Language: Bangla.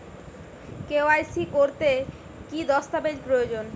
কে.ওয়াই.সি করতে কি দস্তাবেজ প্রয়োজন?